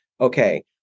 Okay